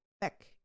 back